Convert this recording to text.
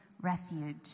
refuge